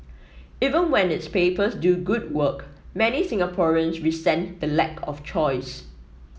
even when its papers do good work many Singaporeans resent the lack of choice